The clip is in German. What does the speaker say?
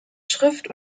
schrift